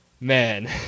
man